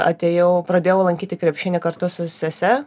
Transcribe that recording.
atėjau pradėjau lankyti krepšinį kartu su sese